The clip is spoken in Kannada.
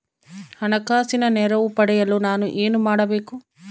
ಹಣಕಾಸಿನ ನೆರವು ಪಡೆಯಲು ನಾನು ಏನು ಮಾಡಬೇಕು?